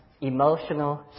emotional